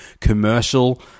commercial